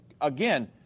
again